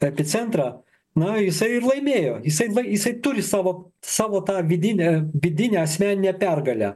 epicentrą na jisai ir laimėjo jisai va jisai turi savo savo tą vidinę vidinę asmeninę pergalę